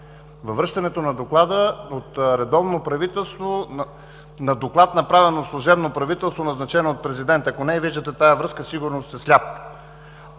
във връщането на Доклада от редовно правителство на Доклад, направен от служебно правителство, назначено от президента. Ако не я виждате тази връзка, сигурно сте сляп.